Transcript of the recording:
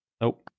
Nope